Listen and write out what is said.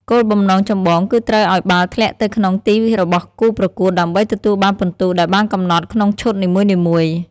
គោលបំណងចម្បងគឺត្រូវឲ្យបាល់ធ្លាក់ទៅក្នុងទីរបស់គូប្រកួតដើម្បីទទួលបានពិន្ទុដែលបានកំណត់ក្នុងឈុតនីមួយៗ។